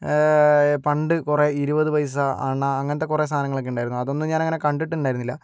പണ്ട് കുറേ ഇരുപതു പൈസ അണ അങ്ങനത്തെ കുറേ സാധനങ്ങളൊക്കെ ഉണ്ടായിരുന്നു അതൊന്നും ഞാൻ അങ്ങനെ കണ്ടിട്ടുണ്ടായിരുന്നില്ല